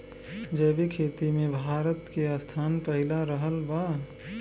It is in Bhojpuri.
जैविक खेती मे भारत के स्थान पहिला रहल बा